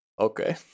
Okay